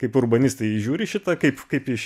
kaip urbanistai žiūri į šitą kaip kaip iš